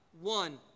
one